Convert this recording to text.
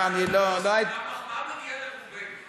המחמאה מגיעה לרובנו.